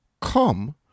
come